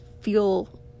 feel